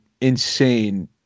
insane